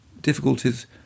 difficulties